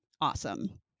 Awesome